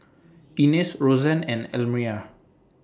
Inez Roseann and Elmyra